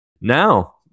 Now